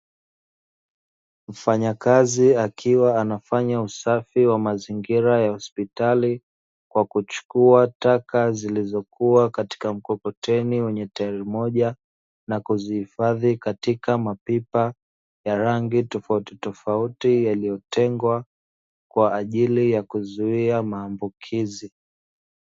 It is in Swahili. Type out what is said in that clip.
Mfanyakazi akiwa anafanya usafi wa mazingira ya hospitali kwa kuchukua taka zilizokuwa katika mkokoteni wenye tairi moja na kuzhifadhi katika mapipa, ya rangi tofautitofauti yaliyotengwa kwa ajili ya kuzuia maambukizi.